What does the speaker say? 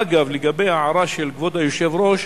אגב, לגבי ההערה של כבוד היושב-ראש,